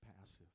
passive